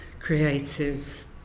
creative